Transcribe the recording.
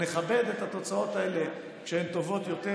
ונכבד את התוצאות האלה כשהן טובות יותר